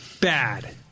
bad